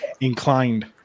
inclined